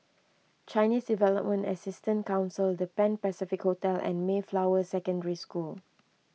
Chinese Development Assistance Council the Pan Pacific Hotel and Mayflower Secondary School